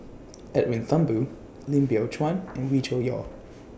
Edwin Thumboo Lim Biow Chuan and Wee Cho Yaw